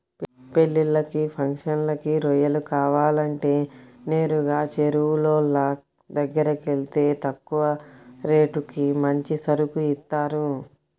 పెళ్ళిళ్ళకి, ఫంక్షన్లకి రొయ్యలు కావాలంటే నేరుగా చెరువులోళ్ళ దగ్గరకెళ్తే తక్కువ రేటుకి మంచి సరుకు ఇత్తారు